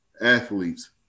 athletes